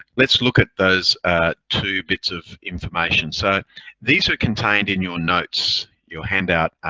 let's look at those two bits of information. so these are contained in your notes, your handout.